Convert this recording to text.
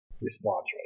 response